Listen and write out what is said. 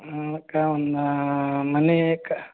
ಹ್ಞೂ ಅದಕ್ಕೆ ಒಂದು ಮನೇಕ